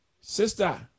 sister